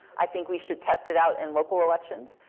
i think we should test it out in local elections.